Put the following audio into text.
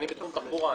אני רפרנט תחבורה.